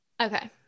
Okay